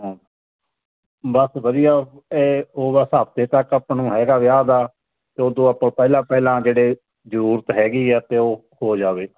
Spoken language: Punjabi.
ਹਾਂ ਬਸ ਵਧੀਆ ਇਹ ਉਸ ਹਫਤੇ ਤੱਕ ਆਪਾਂ ਨੂੰ ਹੈਗਾ ਵਿਆਹ ਦਾ ਉਦੋਂ ਆਪਾਂ ਪਹਿਲਾਂ ਪਹਿਲਾਂ ਜਿਹੜੇ ਜਰੂਰਤ ਹੈਗੀ ਆ ਤੇ ਉਹ ਹੋ ਜਾਵੇ